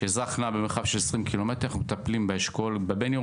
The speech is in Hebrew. כשאזרח נע במרחב של 20 ק"מ אנחנו יכולים לטפל באשכול בבין-עירוני,